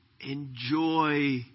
enjoy